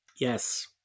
Yes